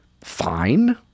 fine